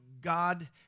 God